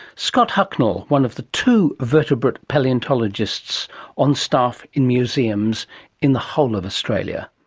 scott hocknull, one of the two vertebrate palaeontologists on staff in museums in the whole of australia.